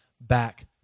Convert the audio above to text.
back